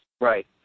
Right